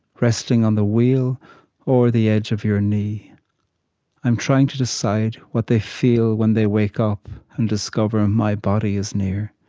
resting on the wheel or the edge of your knee i am trying to decide what they feel when they wake up and discover my body is near.